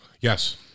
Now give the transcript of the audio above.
Yes